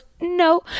No